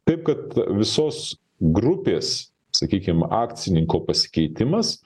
taip kad visos grupės sakykim akcininko pasikeitimas